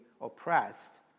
oppressed